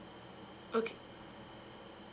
okay